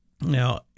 Now